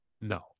No